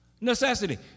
necessity